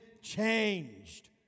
changed